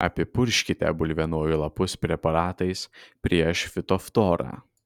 apipurkškite bulvienojų lapus preparatais prieš fitoftorą